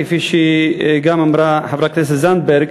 כפי שגם אמרה חברת הכנסת זנדברג,